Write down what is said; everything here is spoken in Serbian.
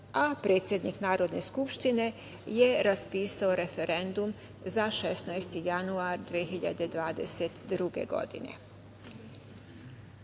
a predsednik Narodne skupštine je raspisao referendum za 16. januar 2022. godine. Da